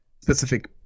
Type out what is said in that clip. specific